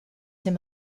him